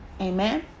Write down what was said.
Amen